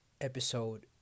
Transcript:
episode